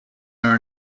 are